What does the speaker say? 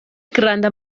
granda